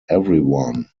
everyone